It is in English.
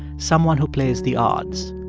someone who plays the odds.